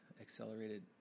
Accelerated